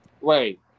wait